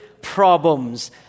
problems